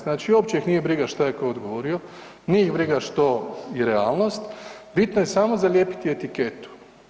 Znači uopće ih nije briga šta je tko odgovorio, nije ih briga što je realnost bitno je samo zalijepiti etiketu.